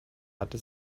hatte